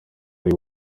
ari